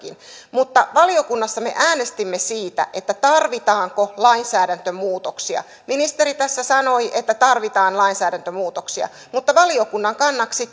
mutta valiokunnassa me äänestimme siitä tarvitaanko lainsäädäntömuutoksia ministeri tässä sanoi että tarvitaan lainsäädäntömuutoksia mutta valiokunnan kannaksi